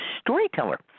storyteller